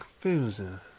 confusing